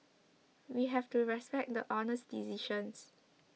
we have to respect the Honour's decisions